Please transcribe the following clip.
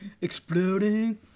exploding